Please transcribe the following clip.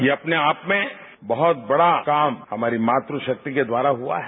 ये अपने आप में बहुत बड़ा काम हमारी मातृ शक्ति के द्वारा हुआ है